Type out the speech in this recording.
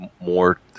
more